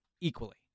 equally